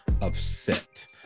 upset